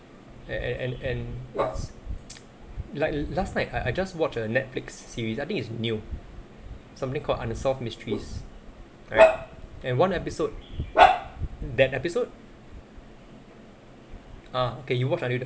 and and and and what's like la~ last night I I just watched a Netflix series I think it's new something called unsolved mysteries right and one episode that episode uh okay you watched already the